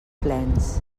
plens